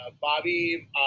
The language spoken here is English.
Bobby